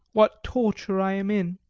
what torture i am in.